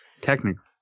Technically